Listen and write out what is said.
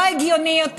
לא הגיוני יותר?